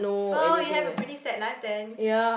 well you have a pretty sad life then